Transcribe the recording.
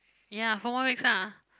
ya four more weeks ah